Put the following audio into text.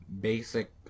basic